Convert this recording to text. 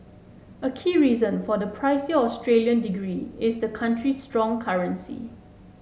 a key reason for the pricier Australian degree is the country's strong currency